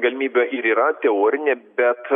galimybė ir yra teorinė bet